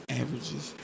averages